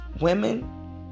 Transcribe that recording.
women